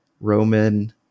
Roman